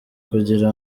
kugira